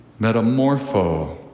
metamorpho